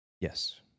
Yes